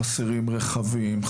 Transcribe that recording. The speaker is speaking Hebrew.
חסרים רכבים.